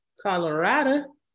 Colorado